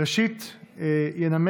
איתמר בן גביר, יריב